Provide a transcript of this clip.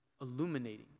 illuminating